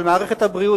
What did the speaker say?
אבל מערכת הבריאות,